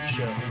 Show